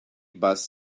bus